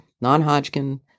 non-Hodgkin